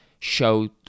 show